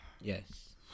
Yes